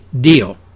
deal